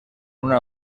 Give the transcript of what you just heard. una